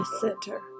center